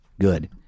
Good